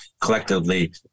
collectively